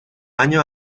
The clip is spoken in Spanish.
año